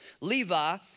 Levi